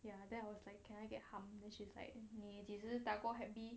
ya then I was like can I get hum then she's like 你几时打过 hep B